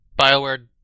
Bioware